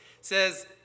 says